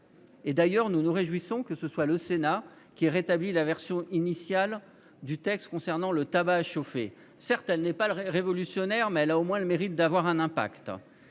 fortement ? Nous nous réjouissons que ce soit le Sénat qui ait rétabli la version initiale du texte concernant le tabac à chauffer. Celle-ci n'est certes pas révolutionnaire, mais elle a le mérite d'avoir un impact.